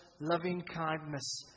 loving-kindness